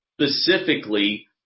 specifically